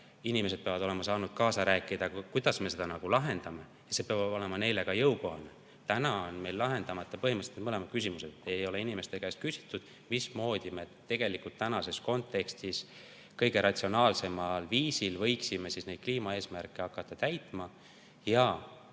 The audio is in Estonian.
inimesed peavad olema saanud kaasa rääkida, kuidas me seda lahendame. Ja see peab olema meile ka jõukohane. Täna on meil lahendamata põhimõtteliselt mõlemad küsimused: ei ole inimeste käest küsitud, mismoodi me tänases kontekstis kõige ratsionaalsemal viisil võiksime neid kliimaeesmärke hakata täitma. Ja